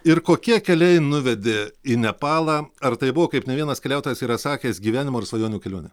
ir kokie keliai nuvedė į nepalą ar tai buvo kaip ne vienas keliautojas yra sakęs gyvenimo ir svajonių kelionė